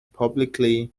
publicly